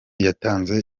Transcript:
yatanze